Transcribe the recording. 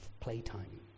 playtime